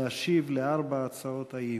להשיב על ארבע הצעות האי-אמון.